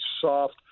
soft